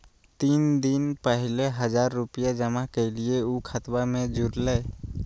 तीन दिन पहले हजार रूपा जमा कैलिये, ऊ खतबा में जुरले?